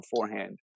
beforehand